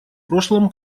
прошлом